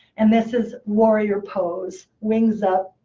and this is warrior pose, wings up.